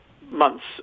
months